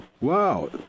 wow